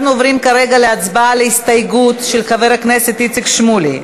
אנחנו עוברים כרגע להצבעה על ההסתייגות של חבר הכנסת איציק שמולי,